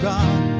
God